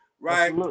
right